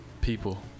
people